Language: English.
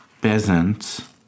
peasants